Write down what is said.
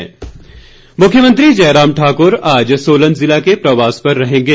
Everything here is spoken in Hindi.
मुख्यमंत्री मुख्यमंत्री जयराम ठाकुर आज सोलन जिला के प्रवास पर रहेंगे